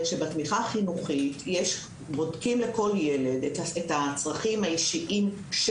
אז אני אומרת שבתמיכה החינוכית בודקים לכל ילד את הצרכים האישיים של